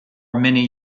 many